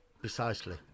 Precisely